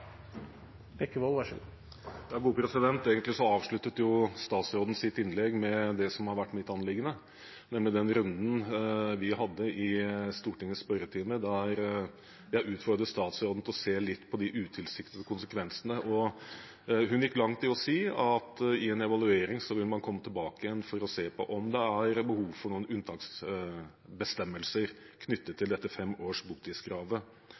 som har vært mitt anliggende, nemlig den runden vi hadde i Stortingets spørretime der jeg utfordret statsråden til å se litt på de utilsiktede konsekvensene. Hun gikk langt i å si at i en evaluering vil man komme tilbake igjen for å se på om det er behov for noen unntaksbestemmelser knyttet til dette fem års botidskravet.